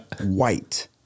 White